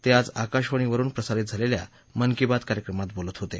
ते आज आकाशवाणी वरून प्रसारित झालेल्या मन की बात कार्यक्रमात बोलत होते